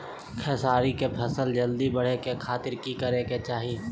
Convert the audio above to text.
खेसारी के फसल जल्दी बड़े के खातिर की करे के चाही?